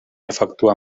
efectuar